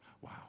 Wow